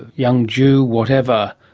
young jews, whatever,